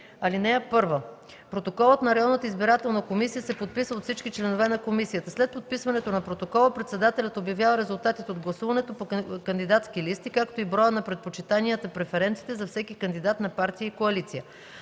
Чл. 293. (1) Протоколът на районната избирателна комисия се подписва от всички членове на комисията. След подписването на протокола председателят обявява резултатите от гласуването по кандидатски листи, както и броя на предпочитанията (преференциите) за всеки кандидат на партия и коалиция.